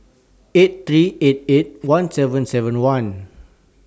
eight three eight eight one seven seven one